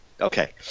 Okay